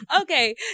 Okay